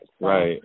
Right